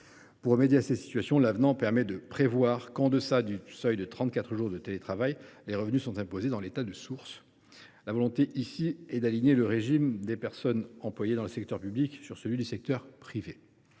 Pour remédier à cette situation, l’avenant prévoit qu’en deçà du seuil de 34 jours de télétravail les revenus sont imposés dans l’État de source, afin d’aligner le régime des personnes employées dans le secteur public sur celui du secteur privé.